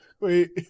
Wait